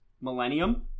millennium